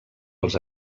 els